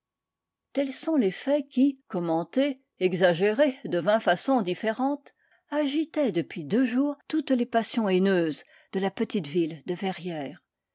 tels sont les faits qui commentés exagérés de vingt façons différentes agitaient depuis deux jours toutes les passions haineuses de la petite ville de verrières